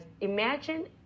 imagine